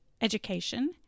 education